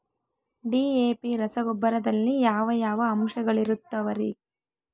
DAP ರಸಗೊಬ್ಬರದಲ್ಲಿ ಯಾವ ಯಾವ ಅಂಶಗಳಿರುತ್ತವರಿ?